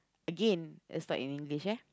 again it's not in English ya